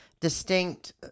distinct